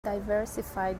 diversify